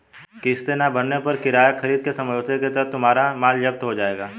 किस्तें ना भरने पर किराया खरीद के समझौते के तहत तुम्हारा माल जप्त हो जाएगा